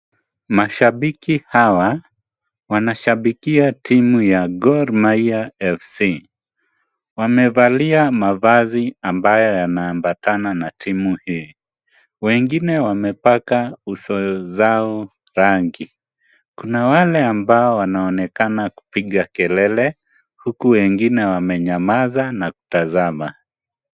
Mashabiki hawa wanashabikia timu ya Gormahia FC. Wamevalia mavazi ambayo yanaambatana na timu hii wengine wamepaka uso zao rangi. Kuna wale ambao wanaonekana kupiga kelele huku wengine wamenyamaza na kutazama.